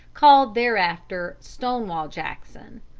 called thereafter stonewall jackson.